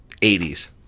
80s